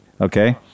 Okay